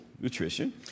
nutrition